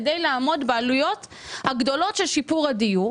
כדי לעמוד בעלויות הגדולות של שיפור הדיור.